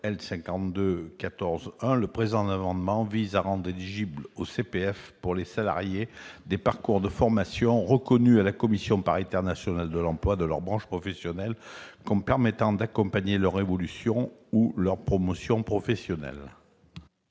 5214-1 », le présent amendement vise à rendre éligibles au CPF, pour les salariés, des parcours de formation reconnus par la commission paritaire nationale de l'emploi de leur branche professionnelle comme permettant d'accompagner leur évolution ou leur promotion professionnelles.